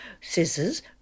Scissors